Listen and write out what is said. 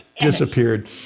disappeared